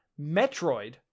Metroid